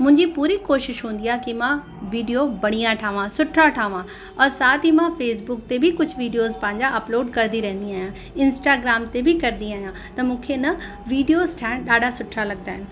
मुंहिंजी पूरी कोशिश हूंदी आहे कि मां वीडियो बढ़िया ठाहियां सुठा ठाहियां औरि साथ ई मां फेसबुक ते कुझु वीडियोस पंहिंजा अपलोड कंदी रहंदी आहियां इंस्टाग्राम ते बि कंदी आहियां त मूंखे न वीडियोस ठाहिणु ॾाढा सुठा लॻंदा आहिनि